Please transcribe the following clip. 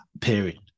period